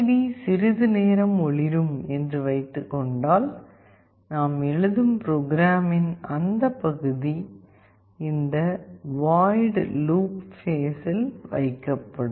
D சிறிது நேரம் ஒளிரும் என்று வைத்துக்கொண்டால் நாம் எழுதும் ப்ரோக்ராமின் அந்த பகுதி இந்த வாய்ட் லூப் பேஸில் வைக்கப்படும்